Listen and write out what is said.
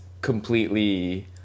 completely